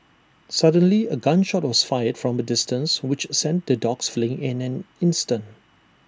suddenly A gun shot was fired from the distance which sent the dogs fleeing in an instant